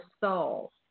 soul